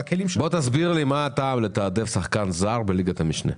תסביר לי מה הטעם לתעדף שחקן זר בליגת המשנה?